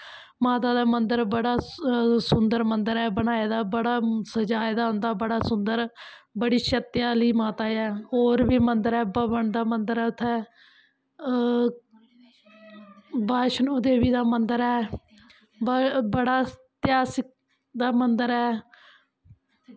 माता दा मन्दर बड़ा सुन्दर ऐ बनाए दा मन्दर सज़ाए दा होंदा मन्दर बड़ी शक्ती आह्ली माता ऐ होर बी मन्दर ऐ भवन दा मन्दर ऐ उत्थें बैैष्णों माता दा मन्दर ऐ बड़ा इत्हासिक मन्दर ऐ